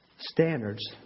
standards